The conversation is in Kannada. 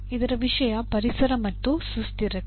ಇದರ ವಿಷಯ ಪರಿಸರ ಮತ್ತು ಸುಸ್ಥಿರತೆ